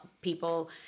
people